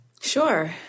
Sure